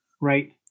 right